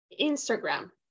Instagram